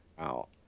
out